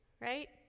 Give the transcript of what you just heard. right